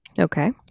Okay